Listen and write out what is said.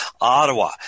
ottawa